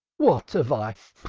what have i?